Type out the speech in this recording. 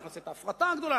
אנחנו נעשה את ההפרטה הגדולה,